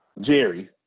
Jerry